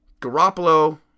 Garoppolo